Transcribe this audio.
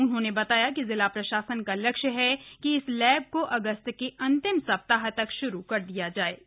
उन्होंने बताया कि जिला प्रशासन का लक्ष्य है कि इस लैब को अगस्त के अंतिम सप्ताह तक शुरू कर दिया जाएगा